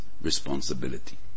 responsibility